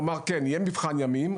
הוא אמר יהיה מבחן ימים,